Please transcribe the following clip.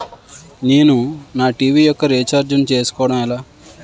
నేను నా టీ.వీ యెక్క రీఛార్జ్ ను చేసుకోవడం ఎలా?